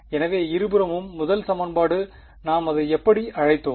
எனவே இருபுறமும் முதல் சமன்பாடு நாம் அதை எப்படி அழைத்தோம்